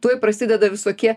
tuoj prasideda visokie